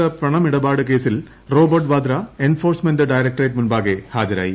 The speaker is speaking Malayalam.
അനധികൃത പണമിടപാട് കേസിൽ റോബർട്ട് വാദ്ര എൻഫോഴ്സ്മെന്റ് ഡയറക്ടറേറ്റ് മുമ്പാകെ ഹാജരായി